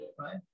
right